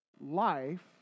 Life